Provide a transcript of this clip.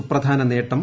സൂപ്രധാന നേട്ടം